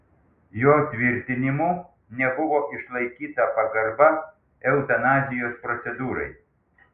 jo tvirtinimu nebuvo išlaikyta pagarba eutanazijos procedūrai